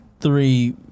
three